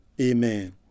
Amen